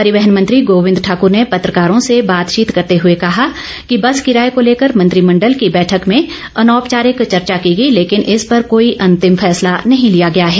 परिवहन मंत्री गोविंद ठाकूर ने पत्रकारों से बातचीत करते हुए कहा कि बस किराए को लेकर मंत्रिमंडल की बैठक में अनौपचारिक चर्चो की गई लेकिन इस पर कोई अंतिम फैसला नहीं लिया गया है